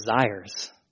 desires